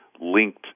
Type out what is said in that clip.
linked